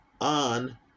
on